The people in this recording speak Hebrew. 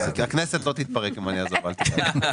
הכנסת לא תתפרק אם אני אעזוב, אל תדאג.